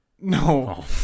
No